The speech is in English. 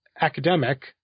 academic